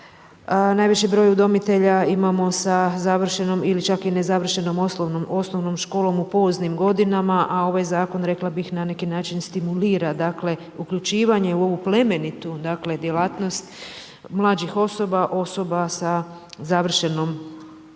najviši broj udomitelja imamo sa završnom ili čak i nezavršenom osnovnom školom u poznim godinama, a ovaj zakon, rekla bih na neki način, stimulira uključivanje u ovu plemenitu djelatnost, mlađih osoba, osoba sa završnom školskom,